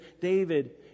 David